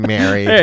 Mary